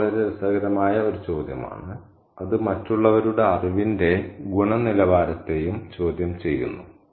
ഇത് വളരെ രസകരമായ ഒരു ചോദ്യമാണ് അത് മറ്റുള്ളവരുടെ അറിവിന്റെ ഗുണനിലവാരത്തെയും ചോദ്യം ചെയ്യുന്നു